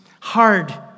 hard